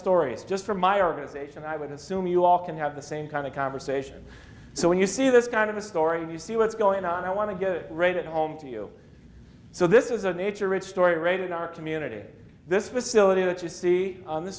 stories just for my organization i would assume you all can have the same kind of conversation so when you see this kind of a story and you see what's going on i want to get it right at home to you so this is a nature it story right in our community this facility that you see on the